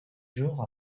jours